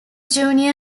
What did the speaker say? junior